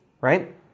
right